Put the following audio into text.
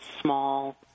small